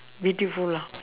beautiful house